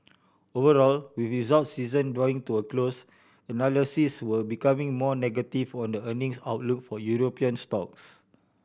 overall with results season drawing to a close analysts were becoming more negative were the earnings outlook for European stocks